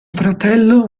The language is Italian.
fratello